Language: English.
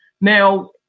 now